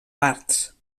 parts